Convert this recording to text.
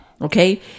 Okay